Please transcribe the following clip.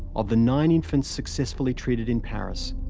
of the nine infants successfully treated in paris,